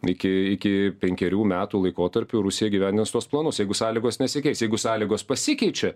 iki iki penkerių metų laikotarpiu rusija įgyvendins tuos planus jeigu sąlygos nesikeis jeigu sąlygos pasikeičia